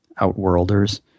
Outworlders